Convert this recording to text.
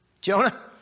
Jonah